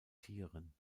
tieren